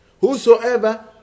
Whosoever